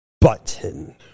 button